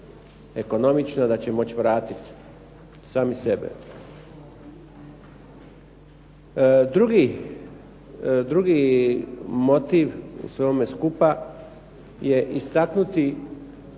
ekonomična, da će moći vratit sami sebe. Drugi motiv u svemu ovome skupa je istaknuti